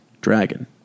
dragon